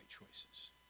choices